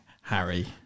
harry